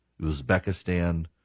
Uzbekistan